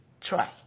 try